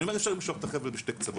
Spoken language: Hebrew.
אני אומר אי אפשר למשוך את החבל בשתי קצוות.